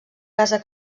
casa